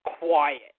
quiet